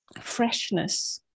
freshness